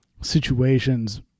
situations